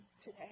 today